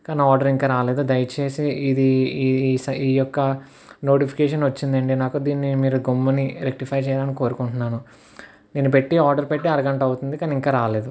కానీ ఆర్డర్ ఇంకా రాలేదు దయచేసి ఇది ఈ స ఈ యొక్క నోటిఫికేషన్ వచ్చింది అండి నాకు దీన్ని మీరు గమ్ముని రెక్టిఫై చేయాలని కోరుకుంటున్నాను నేను పెట్టి ఆర్డర్ పెట్టి అరగంట అవుతుంది కానీ ఇంకా రాలేదు